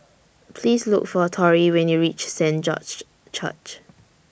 Please Look For Torry when YOU REACH Saint George's Church